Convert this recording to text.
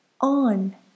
on